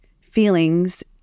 feelings